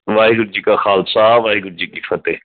ਵਾਹਿਗੁਰੂ ਜੀ ਕਾ ਖਾਲਸਾ ਵਾਹਿਗੁਰੂ ਜੀ ਕੀ ਫਤਿਹ